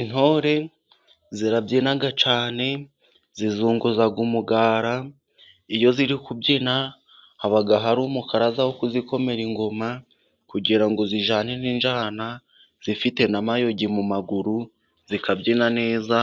Intore zirabyinaga cyane zizunguza umugara, iyo ziri kubyina ,haba hari umukaraza wo kuzikomera ingoma , ,kugira ngo zijyane n'injyana zifite na mayugi mu maguru zikabyina neza,